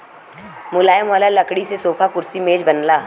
मुलायम वाला लकड़ी से सोफा, कुर्सी, मेज बनला